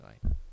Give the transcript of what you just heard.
tonight